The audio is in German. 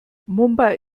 mumbai